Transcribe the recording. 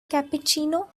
cappuccino